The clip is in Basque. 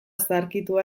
zaharkitua